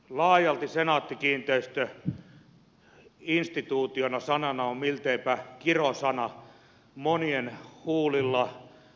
laajalti senaatti kiinteistöt instituutiona sanana on milteipä kirosana monien huulilla